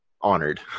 honored